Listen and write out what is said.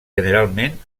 generalment